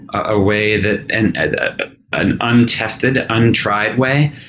a way that and ah and untested, untried way,